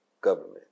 government